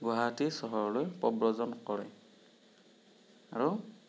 গুৱাহাটী চহৰলৈ প্ৰবজন কৰে আৰু